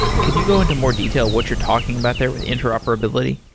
can you go into more detail what you're talking about there with interoperability?